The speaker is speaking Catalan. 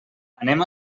anem